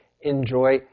enjoy